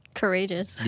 courageous